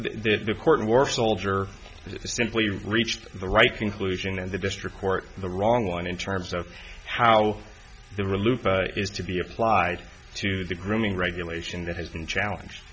the court and war soldier simply reached the right conclusion and the district court the wrong one in terms of how the relief is to be applied to the grooming regulation that has been challenged